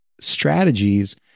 strategies